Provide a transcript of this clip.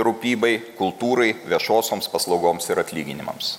rūpybai kultūrai viešosioms paslaugoms ir atlyginimams